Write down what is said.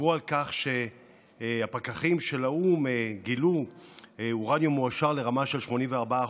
ודיברו על כך שהפקחים של האו"ם גילו אורניום מועשר לרמה של 84%,